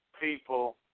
people